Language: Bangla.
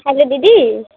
হ্যালো দিদি